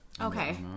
okay